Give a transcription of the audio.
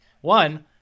One